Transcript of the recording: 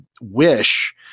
Wish